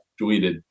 tweeted